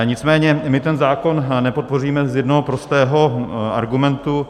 Nicméně my ten zákon nepodpoříme z jednoho prostého argumentu.